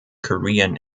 korean